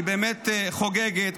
היא באמת חוגגת,